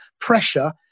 pressure